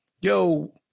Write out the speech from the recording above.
yo